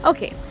Okay